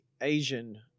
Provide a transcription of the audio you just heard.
Asian